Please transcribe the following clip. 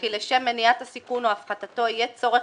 וכי לשם מניעת הסיכון או הפחתתו יהיה צורך